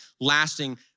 lasting